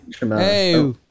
Hey